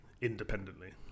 independently